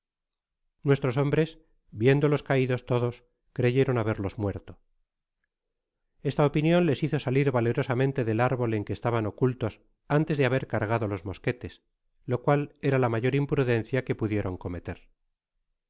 nuestros hombres viéndolos caidos todos creyeron haberlos muerto esta opinion les hizo salir valerosamente del árbol en que estaban ocultos antes de haber cargado los mosquetes lo cual era la mayor imprudencia que pudieron cometer